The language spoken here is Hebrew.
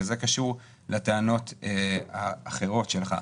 וזה קשור לטענות האחרות שלך.